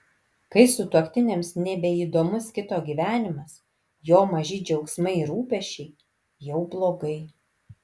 kai sutuoktiniams nebeįdomus kito gyvenimas jo maži džiaugsmai ir rūpesčiai jau blogai